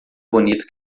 bonito